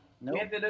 nope